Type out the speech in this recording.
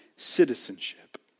citizenship